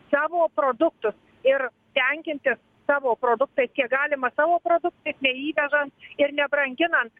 savo produktus ir tenkintis savo produktais kiek galima savo produkcija neįvežant ir nebranginant